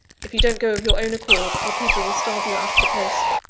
if you don't go of your own accord, our people will starve you out of the place.